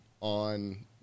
on